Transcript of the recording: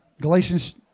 Galatians